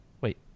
wait